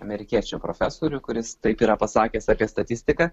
amerikiečių profesorių kuris taip yra pasakęs apie statistiką